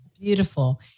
Beautiful